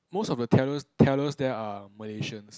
most of the tellers tellers there are Malaysians